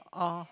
oh